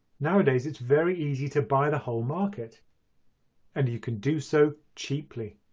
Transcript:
nowadays it's very easy to buy the whole market and you can do so cheaply.